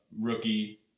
rookie